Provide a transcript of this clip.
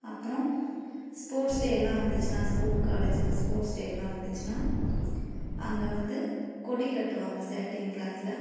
அப்புறம் sports day எல்லாம் வந்துச்சுன்னா ஸ்கூல் காலேஜுக்கு ஸ்போர்ட்ஸ் டே எல்லாம் வந்துச்சுன்னா அங்கே வந்து கொடி கட்டுவாங்க சாட்டின் கிளாத்தில்